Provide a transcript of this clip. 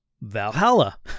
Valhalla